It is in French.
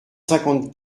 cinquante